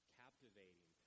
captivating